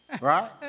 right